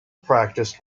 practiced